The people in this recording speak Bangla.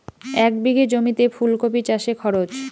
এক বিঘে জমিতে ফুলকপি চাষে খরচ?